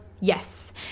yes